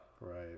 Right